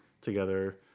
together